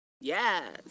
Yes